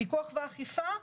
פיקוח ואכיפה: